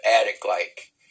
attic-like